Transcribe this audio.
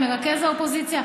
מרכז האופוזיציה?